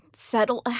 Settle